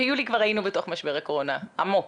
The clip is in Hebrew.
עמוק.